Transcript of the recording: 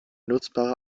nutzbare